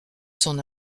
son